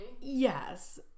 yes